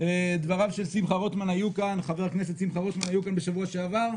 חבר הכנסת ארבל, איפה היית בשנתיים האחרונות?